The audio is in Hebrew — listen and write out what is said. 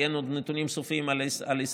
כי עוד אין נתונים סופיים על 2021,